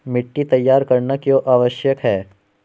मिट्टी तैयार करना क्यों आवश्यक है?